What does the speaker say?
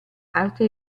arte